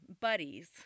buddies